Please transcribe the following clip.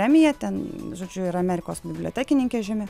premija ten žodžiu yra amerikos bibliotekininkė žymi